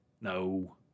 No